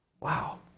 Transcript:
Wow